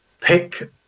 Pick